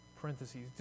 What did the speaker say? Parentheses